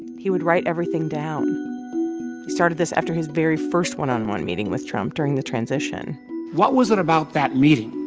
he would write everything down. he started this after his very first one-on-one meeting with trump during the transition what was it about that meeting